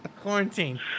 Quarantine